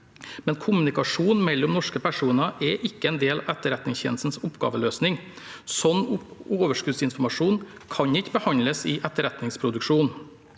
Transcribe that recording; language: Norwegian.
men kommunikasjon mellom norske personer er ikke en del av Etterretningstjenestens oppgaveløsning. Slik overskuddsinformasjon kan ikke behandles i etterretningsproduksjon.